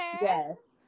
Yes